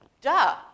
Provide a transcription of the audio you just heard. duh